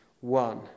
one